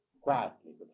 quietly